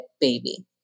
baby